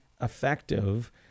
effective